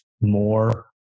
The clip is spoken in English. more